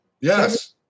Yes